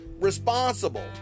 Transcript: responsible